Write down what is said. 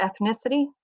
ethnicity